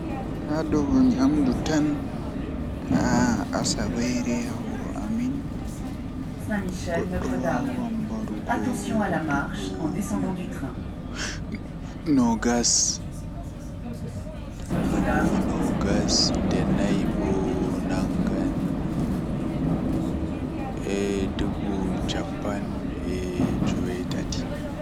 Haa dow nyamdu tan asaweere haa wuro amin goddo wawan mbarugo dubu noogas dubu nogas ndei nay nde nay bo nangan dubu cappan e jweetati.